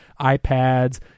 iPads